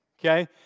Okay